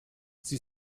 sie